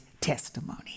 testimony